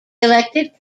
elected